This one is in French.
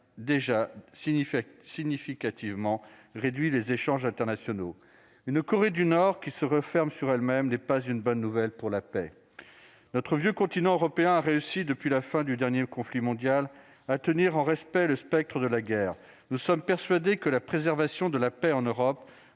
déjà significativement réduit les échanges internationaux. Que la Corée du Nord se referme sur elle-même n'est pas une bonne nouvelle pour la paix. Notre vieux continent européen a réussi depuis la fin du dernier conflit mondial à tenir en respect le spectre de la guerre. Nous sommes persuadés que la préservation de la paix en Europe